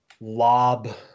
lob